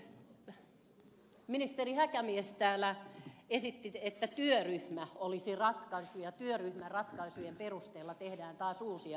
ensinnäkin ministeri häkämies täällä esitti että työryhmä olisi ratkaissut ja työryhmän ratkaisujen perusteella tehdään taas uusia ratkaisuja